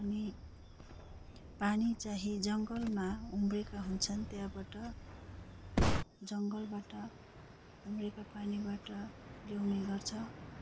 अनि पानी चाहिँ जङ्गलमा उम्रेका हुन्छन् त्यहाँबाट जङ्गलबाट उम्रेको पानीबाट ल्याउने गर्छ